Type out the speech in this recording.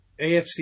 AFC